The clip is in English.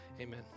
Amen